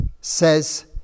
says